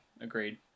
agreed